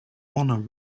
honor